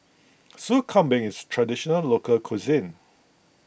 Sup Kambing is Traditional Local Cuisine